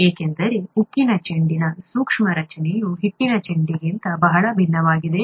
ಏಕೆಂದರೆ ಉಕ್ಕಿನ ಚೆಂಡಿನ ಸೂಕ್ಷ್ಮ ರಚನೆಯು ಹಿಟ್ಟಿನ ಚೆಂಡಿಗಿಂತ ಬಹಳ ಭಿನ್ನವಾಗಿದೆ